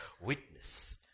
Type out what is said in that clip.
witness